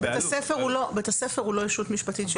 בית הספר הוא לא ישות משפטית.